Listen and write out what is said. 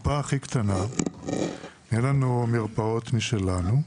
אין לנו מרפאות משלנו.